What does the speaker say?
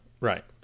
Right